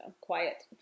quiet